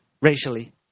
racially